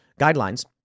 guidelines